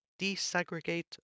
desegregate